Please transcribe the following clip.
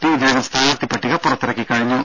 P ഇതിനകം സ്ഥാനാർത്ഥി പട്ടിക പുറത്തിറക്കി കഴിഞ്ഞു